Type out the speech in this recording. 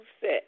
set